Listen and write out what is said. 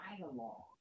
dialogue